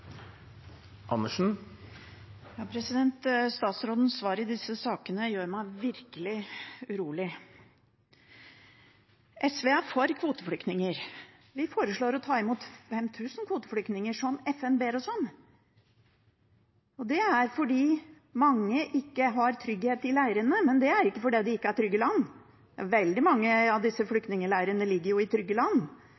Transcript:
for kvoteflyktninger. Vi foreslår å ta imot 5 000 kvoteflyktninger, som FN ber oss om. Det er fordi mange ikke har trygghet i leirene, men det er ikke fordi det ikke er trygge land. Veldig mange av disse